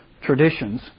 traditions